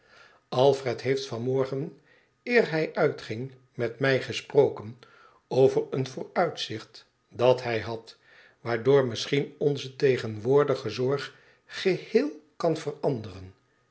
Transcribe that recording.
alfred heeft van morgen eer hij uitging met mij gesproken over een vooruitzicht dat hij had waardoor misschien onze tegenwoordige zorg geheel kan veranderen